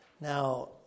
Now